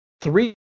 three